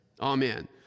Amen